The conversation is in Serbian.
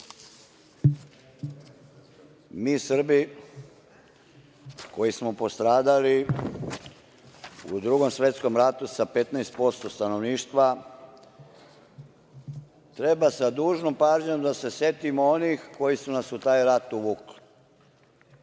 mi Srbi koji smo postradali u Drugom svetskom ratu sa 15% stanovništva treba sa dužnom pažnjom da se setimo onih koji su nas u taj rat uvukli.